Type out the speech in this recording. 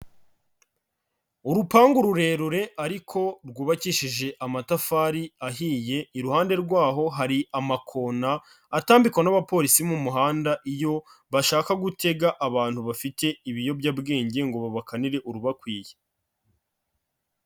Urupangu rurerure ariko rwubakishije amatafari ahiye, iruhande rwaho hari amakona, atambikwa n'abapolisi mu muhanda iyo bashaka gutega abantu bafite ibiyobyabwenge ngo babakanire urubakwiye.